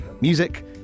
Music